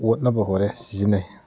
ꯑꯣꯠꯅꯕ ꯍꯣꯔꯦꯟ ꯁꯤꯖꯤꯟꯅꯩ